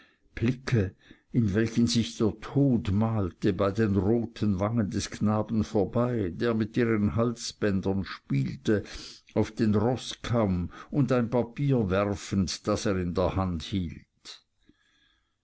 blicke in welchen sich der tod malte bei den roten wangen des knaben vorbei der mit ihren halsbändern spielte auf den roßkamm und ein papier werfend das er in der hand hielt